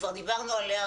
שכבר דיברנו עליה,